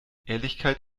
ehrlichkeit